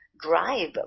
drive